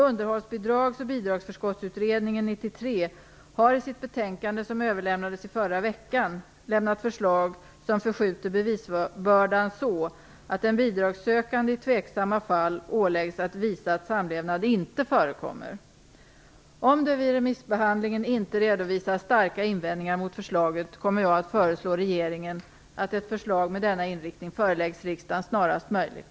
Underhållsbidrags och bidragsförskottsutredningen 93 har i sitt betänkande som överlämnades i förra veckan lämnat förslag som förskjuter bevisbördan så att den bidragssökande i tveksamma fall åläggs att visa att samlevnad inte förekommer. Om det vid remissbehandlingen inte redovisas starka invändningar mot förslaget kommer jag att föreslå regeringen att ett förslag med denna inriktning föreläggs riksdagen snarast möjligt.